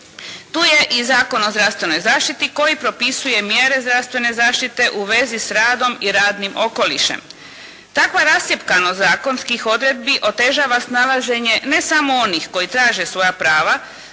Tu je i Zakon o zdravstvenoj zaštiti koji propisuje mjere zdravstvene zaštite u vezi s radom i radnim okolišem. Takva rascjepkanost zakonskih odredbi otežava snalaženje ne samo onih koji traže svoja prava,